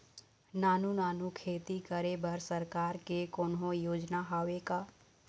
नानू नानू खेती करे बर सरकार के कोन्हो योजना हावे का?